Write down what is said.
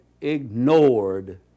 ignored